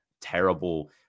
terrible